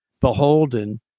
beholden